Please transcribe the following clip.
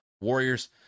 Warriors